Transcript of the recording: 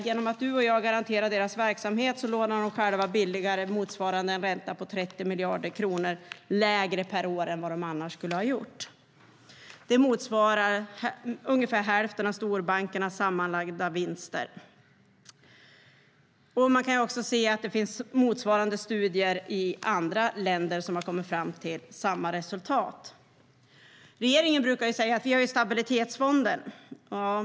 Genom att du och jag garanterar deras verksamhet lånar de själva billigare, motsvarande en ränta på 30 miljarder kronor lägre per år, än vad de annars skulle ha gjort. Det motsvarar ungefär hälften av storbankernas sammanlagda vinster. Man kan också se att det finns motsvarande studier i andra länder som har kommit fram till samma resultat. Regeringen brukar säga att vi har stabilitetsfonden.